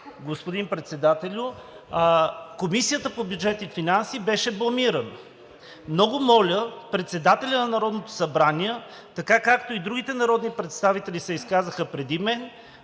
господин Председателю, Комисията по бюджет и финанси беше бламирана. Много моля Председателя на Народното събрание – така, както и другите народни представители се изказаха преди мен,